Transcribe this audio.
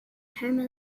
home